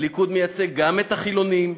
הליכוד מייצג גם את החילונים.